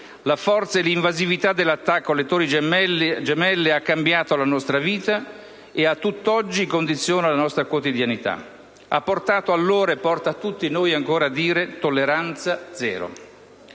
La forza e l'invasività dell'attacco alle Torri gemelle ha cambiato la nostra vita e tutt'oggi condiziona la nostra quotidianità. Ha portato allora e porta tutti noi ancora a dire «tolleranza zero».